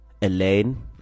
Elaine